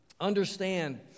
understand